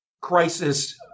crisis